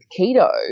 keto